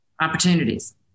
opportunities